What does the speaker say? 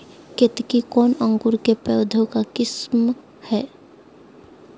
केतकी कौन अंकुर के पौधे का किस्म है?